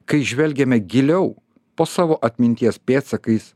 kai žvelgiame giliau po savo atminties pėdsakais